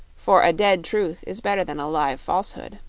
for a dead truth is better than a live falsehood.